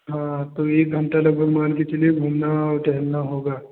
हाँ तो एक घंटा लगभग मान के चलिए घूमना और टहलना होगा